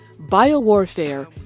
Biowarfare